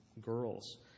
girls